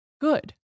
good